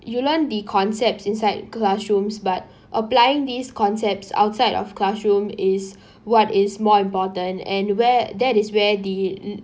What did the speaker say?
you learn the concepts inside classrooms but applying these concepts outside of classroom is what is more important and where that is where the l~